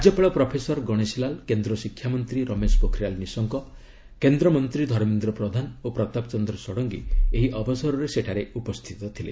ରାଜ୍ୟପାଳ ପ୍ରଫେସର ଗଣେଶୀଲାଲ କେନ୍ଦ୍ର ଶିକ୍ଷାମନ୍ତ୍ରୀ ରମେଶ ପୋଖରିଆଲ ନିଶଙ୍କ କେନ୍ଦ୍ରମନ୍ତ୍ର ଧର୍ମେନ୍ଦ୍ର ପ୍ରଧାନ ଓ ପ୍ରତାପଚନ୍ଦ୍ର ଷଡ଼ଙ୍ଗୀ ଏହି ଅବସରରେ ସେଠାରେ ଉପସ୍ଥିତ ଥିଲେ